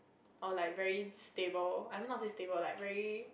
or like very stable I mean not say stable like very